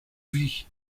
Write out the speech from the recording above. vit